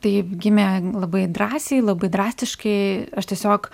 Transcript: taip gimė labai drąsiai labai drastiškai aš tiesiog